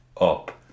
up